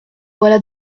voilà